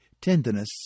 tenderness